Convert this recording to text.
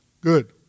Good